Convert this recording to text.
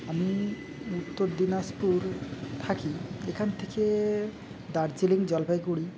আমি উত্তর দিনাজপুর থাকি এখান থেকে দার্জিলিং জলপাইগুড়ি